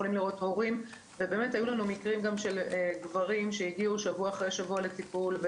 היו לנו מקרים של גברים שהגיעו שבוע אחרי שבוע לטיפול,